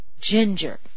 Ginger